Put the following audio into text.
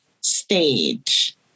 stage